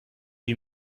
you